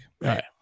Right